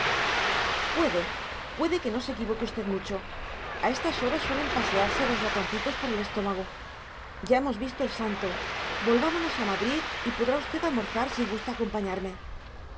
puede puede que no se equivoque usted mucho a estas horas suelen pasearse los ratoncitos por el estómago ya hemos visto el santo volvámonos a madrid y podrá usted almorzar si gusta acompañarme